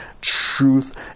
truth